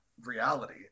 reality